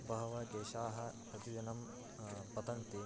बहवः केशाः प्रतिदिनं पतन्ति